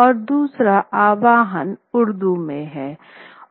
और दूसरा आह्वान उर्दू में है